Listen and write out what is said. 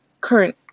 current